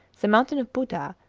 the mountain of buddha,